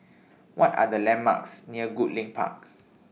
What Are The landmarks near Goodlink Park